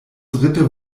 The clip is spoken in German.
dritte